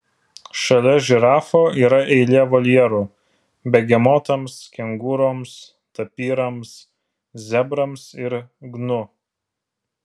šalia žirafų yra eilė voljerų begemotams kengūroms tapyrams zebrams ir gnu